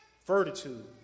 fortitude